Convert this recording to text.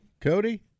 cody